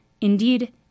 Indeed